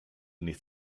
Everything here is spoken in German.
nicht